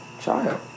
child